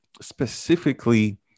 specifically